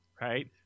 right